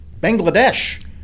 Bangladesh